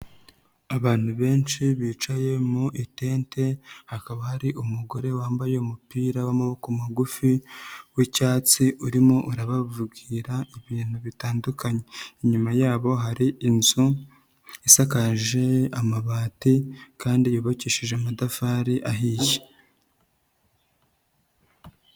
Abantu benshi bicaye mu itente hakaba hari umugore wambaye umupira w'amaboko magufi w'icyatsi urimo arabavugira ibintu bitandukanye, inyuma yabo hari inzu isakaje amabati kandi yubakishije amatafari ahiye.